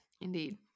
Indeed